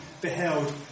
beheld